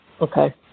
Okay